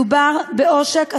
מדובר בעושק הציבור,